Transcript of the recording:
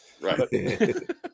Right